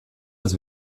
des